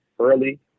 early